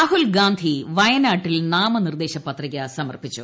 രാഹുൽ ഗാന്ധി വയനാട്ടിൽ നാമനിർദ്ദേശ പത്രിക സമർപ്പിച്ചു